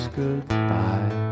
goodbye